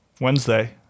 Wednesday